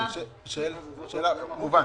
זה מובן.